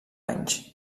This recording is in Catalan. anys